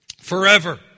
forever